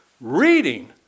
reading